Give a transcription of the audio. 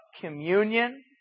Communion